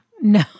No